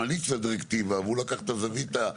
בבקשה, היועץ המשפטי.